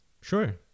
Sure